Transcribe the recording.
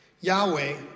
Yahweh